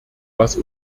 was